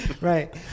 right